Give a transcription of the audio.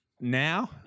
now